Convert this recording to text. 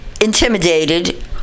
intimidated